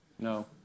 No